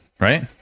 right